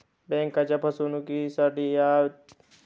बँकेच्या फसवणुकीसाठी त्या व्यक्तीला दंडही आकारला जातो